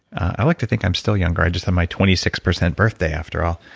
i like to think i'm still younger. i just had my twenty six percent birthday after all,